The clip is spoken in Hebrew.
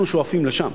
אנחנו שואפים לשם,